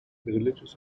religious